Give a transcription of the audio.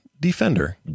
Defender